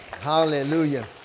Hallelujah